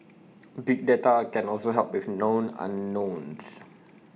big data can also help with known unknowns